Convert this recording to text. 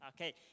Okay